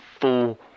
full